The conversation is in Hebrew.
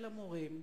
אל המורים,